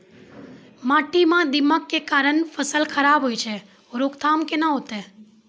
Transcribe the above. माटी म दीमक के कारण फसल खराब होय छै, रोकथाम केना होतै?